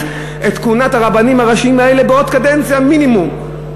את כהונת הרבנים הראשיים האלה בעוד קדנציה מינימום.